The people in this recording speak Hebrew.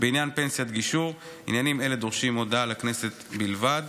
התחדשות עירונית.